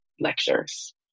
Lectures